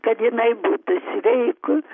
kad jinai būtų sveika